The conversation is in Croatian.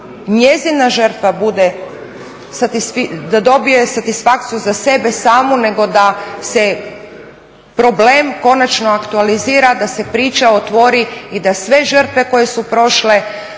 njezina žrtva bude, da dobije satisfakciju za sebe samu, nego da se problem konačno aktualizira, da se priča otvori i da sve žrtve koje su prošle